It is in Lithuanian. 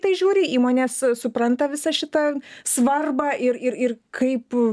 tai žiūri įmonės supranta visą šitą svarbą ir ir kaip